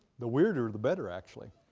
the weirder the better actually.